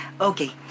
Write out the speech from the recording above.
okay